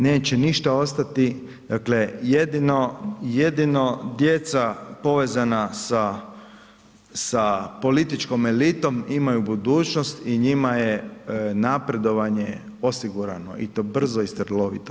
Neće ništa ostati, dakle jedino djeca povezana sa političkom elitom imaju budućnost i njima je napredovanje osigurano i to brzo i strelovito.